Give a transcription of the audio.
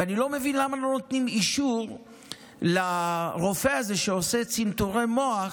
ואני לא מבין למה לא נותנים אישור לרופא הזה שעושה צנתורי מוח